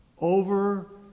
over